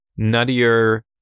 nuttier